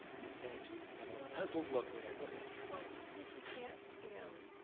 miss haynes, you've got um a puzzled look there, go ahead. well, since we can't, you know,